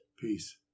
Peace